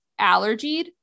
allergied